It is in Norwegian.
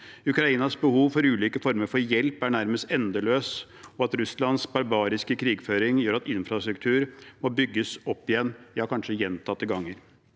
Ukrainas behov for ulike former for hjelp er nærmest endeløst. Russlands barbariske krigføring gjør at infrastruktur må bygges opp igjen – ja, kanskje gjentatte ganger.